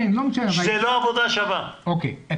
אם כותבים את התואר,